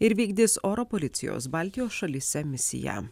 ir vykdys oro policijos baltijos šalyse misiją